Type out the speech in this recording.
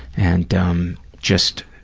and um just